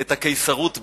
את הקיסרות ברומא,